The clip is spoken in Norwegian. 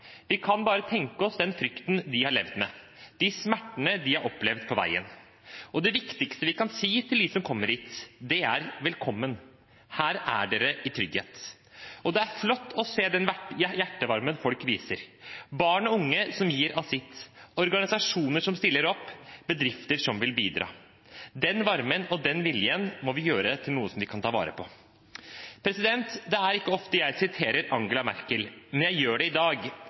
Vi kan bare tenke oss den frykten de har levd med, de smertene de har opplevd på veien, og det viktigste vi kan si til dem som kommer hit, er: Velkommen, her er dere i trygghet. Det er flott å se den hjertevarmen folk viser – barn og unge som gir av sitt, organisasjoner som stiller opp, bedrifter som vil bidra. Den varmen og den viljen må vi gjøre til noe som vi kan ta vare på. Det er ikke jeg ofte jeg siterer Angela Merkel, men jeg gjør det i dag,